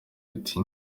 riti